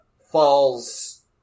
falls